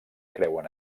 creuen